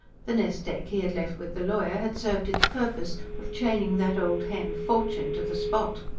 the nest-egg he had left with the lawyer had served its purpose of chaining that old hen, fortune, to the spot.